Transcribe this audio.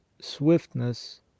swiftness